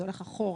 זה הולך אחורה.